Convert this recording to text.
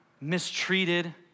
mistreated